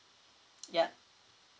yup